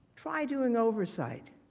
try doing oversight.